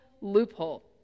loophole